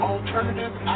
Alternative